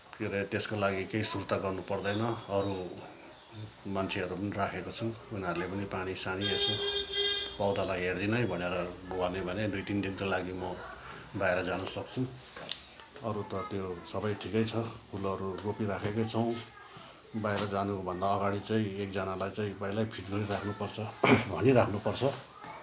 के अरे त्यसको लागि केही सुर्ता गर्न पर्दैन अरू मान्छेहरू पनि राखेको छुँ उनीहरूले पनि पानी सानी यसो पौधालाई हेरिदिनु है भनेर भन्यो भने दुई तिन दिनको लागि म बाहिर जान सक्छु अरू त त्यो सबै ठिकै छ फुलहरू रोपिरहेकै छुँ बाहिर जानुभन्दा अगाडि चाहिँ एकजनालाई चाहिँ पहिल्यै फिक्स गरि राख्नपर्छ भनिराख्नु पर्छ